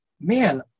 man